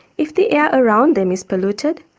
if the air around them is polluted,